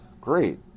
great